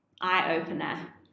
eye-opener